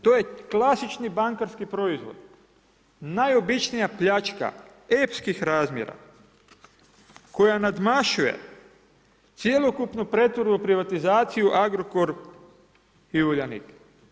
To je klasični bankarski proizvod, najobičnija pljačka epskih razmjera koja nadmašuje cjelokupnu ... privatizaciju Agrokor i Uljanik.